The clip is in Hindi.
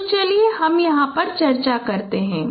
तो चलिए हम यहां भी चर्चा करते हैं